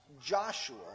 Joshua